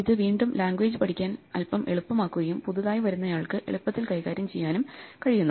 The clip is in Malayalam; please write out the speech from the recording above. ഇത് വീണ്ടും ലാംഗ്വേജ് പഠിക്കാൻ അൽപ്പം എളുപ്പമാക്കുകയും പുതിയതായി വരുന്നയാൾക്ക് എളുപ്പത്തിൽ കൈകാര്യം ചെയ്യാനും കഴിയുന്നു